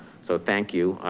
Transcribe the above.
so thank you.